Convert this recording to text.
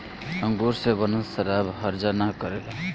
अंगूर से बनल शराब हर्जा ना करेला